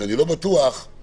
שוחחנו על זה.